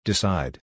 Decide